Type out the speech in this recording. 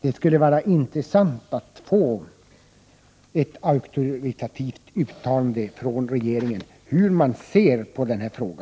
Det skulle vara intressant att i den här debatten få ett auktoritativt uttalande från regeringen om hur man ser på denna fråga.